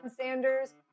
Sanders